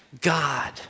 God